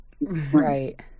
right